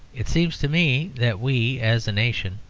it seems to me that we, as a nation,